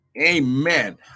Amen